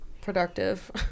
Productive